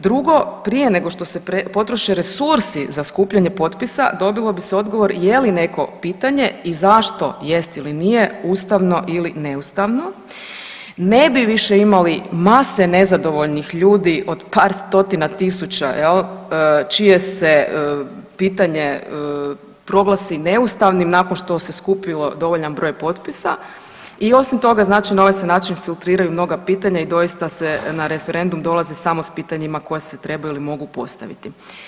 Drugo, prije nego što se potroše resursi za skupljanje potpisa dobilo bi se odgovor je li neko pitanje i zašto jest ili nije ustavno ili neustavno, ne bi više imali mase nezadovoljnih ljudi od par stotina tisuća jel čije se pitanje proglasi neustavnim nakon što se skupilo dovoljan broj potpisa i osim toga znači na ovaj se način filtriraju mnoga pitanja i doista se na referendum dolazi samo s pitanjima koje se trebaju ili mogu postaviti.